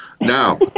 now